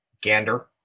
Gander